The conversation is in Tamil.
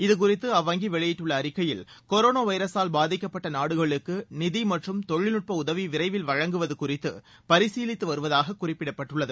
இதுகுறித்து அவ்வங்கி அவெளியிட்டுள்ள அறிக்கையில் கொரோனா வைரசால் பாதிக்கப்பட்ட நாடுகளுக்கு நிதி மற்றும் தொழில்நுட்ப உதவி விரைவில் வழங்குவது குறித்து பரிசீலித்துவருவதாக குறிப்பிடப்பட்டுள்ளது